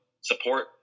support